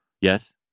Yes